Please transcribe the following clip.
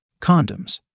Condoms